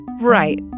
Right